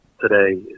today